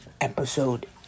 Episode